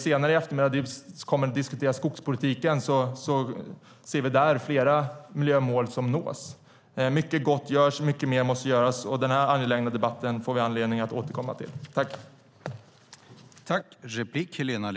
Senare i eftermiddag debatterar vi skogspolitiken, och där nås flera miljömål. Mycket gott görs, och mycket mer måste göras. Denna angelägna debatt får vi anledning att återkomma till.